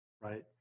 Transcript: right